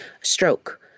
stroke